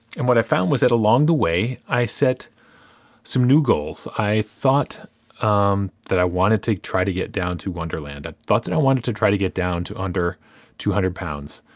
and what i found was that along the way, i set some new goals. i thought that i wanted to try to get down to one-derland. i thought that i wanted to try to get down to under two hundred pounds.